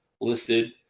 listed